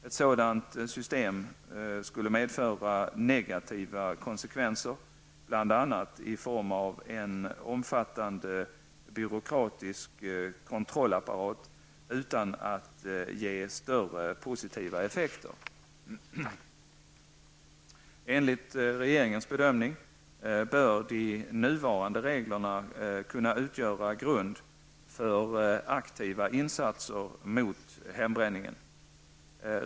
Ett sådant system skulle medföra negativa konsekvenser, bl.a. i form av en omfattande byråkratisk kontrollapparat utan att ge större positiva effekter. Enligt regeringens bedömning bör de nuvarande reglerna kunna utgöra grund för aktiva insatser mot hembränningen.